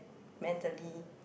mentally